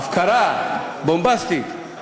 הפקרה, בומבסטית.